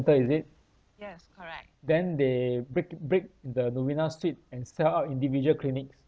is it then they break break the novena suites and sell out individual clinics